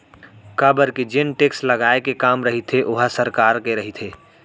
काबर के जेन टेक्स लगाए के काम रहिथे ओहा सरकार के रहिथे